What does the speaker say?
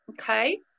okay